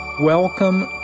Welcome